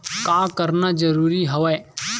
का करना जरूरी हवय?